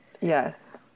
yes